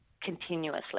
continuously